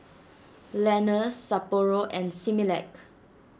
Lenas Sapporo and Similac